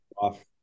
off